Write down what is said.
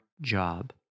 job